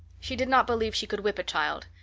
she did not believe she could whip a child.